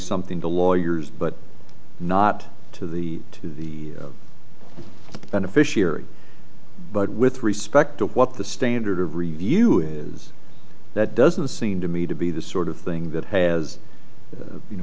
something to lawyers but not to the to the beneficiary but with respect to what the standard of review is that doesn't seem to me to be the sort of thing that has you know